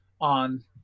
on